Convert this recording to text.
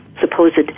supposed